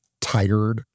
tired